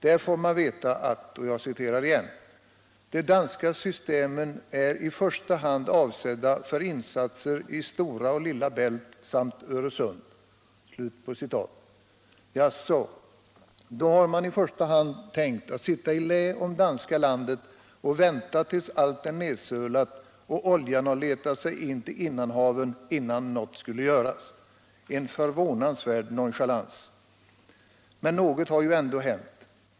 Där får vi i svaret veta: ”De danska systemen är i första hand avsedda för insatser i Stora och Lilla Bält samt Öresund.” Jaså! Då har man i första hand tänkt att sitta i lä om danska landet och vänta tilis allt är nersölat och oljan har letat sig till innanhaven innan något skulle göras. En förvånansvärd nonchalans! Men något har ju ändå hänt.